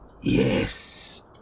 Yes